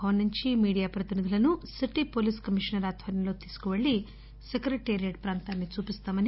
భవన్ నుంచి మీడియా ప్రతినిధులను city police commissioner ఆధ్వర్యంలో తీసుకెళ్చి సెక్రటేరియట్ ప్రాంతాన్ని చూపిస్తామన్నారు